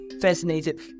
fascinated